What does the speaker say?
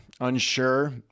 unsure